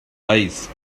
eyes